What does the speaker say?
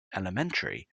elementary